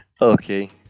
Okay